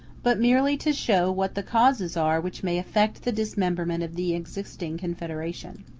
but merely to show what the causes are which may effect the dismemberment of the existing confederation.